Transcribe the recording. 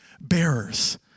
bearers